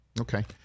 Okay